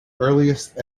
earliest